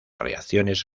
reacciones